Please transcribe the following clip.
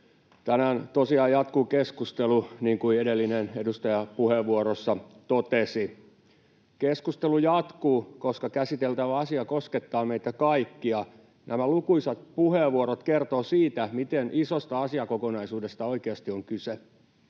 Tänään tosiaan jatkuu keskustelu, niin kuin edellinen edustaja puheenvuorossaan totesi. Keskustelu jatkuu, koska käsiteltävä asia koskettaa meitä kaikkia. Nämä lukuisat puheenvuorot kertovat siitä, miten isosta asiakokonaisuudesta oikeasti on kyse.